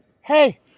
hey